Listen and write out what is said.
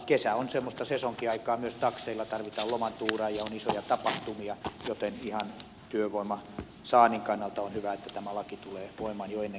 kesä on semmoista sesonkiaikaa myös takseilla kun tarvitaan lomatuuraajia on isoja tapahtumia joten ihan työvoiman saannin kannalta on hyvä että tämä laki tulee voimaan jo ennen kesäsesonkia